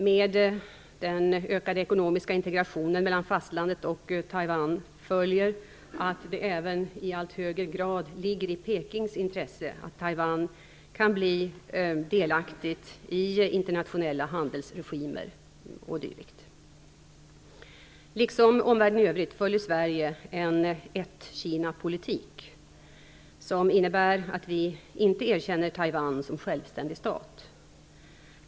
Med den ökade ekonomiska integrationen mellan fastlandet och Taiwan följer att det även i allt högre grad ligger i Pekings intresse att Taiwan kan bli delaktigt i internationella handelsregimer o.d. Liksom omvärlden i övrigt följer Sverige en "ett Kina-politik", som innebär att vi inte erkänner Taiwan som självständig stat.